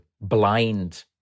blind